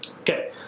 Okay